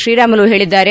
ಶ್ರೀರಾಮುಲು ಹೇಳಿದ್ದಾರೆ